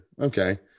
Okay